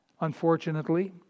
Unfortunately